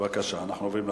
בבקשה, אנחנו עוברים להצבעה.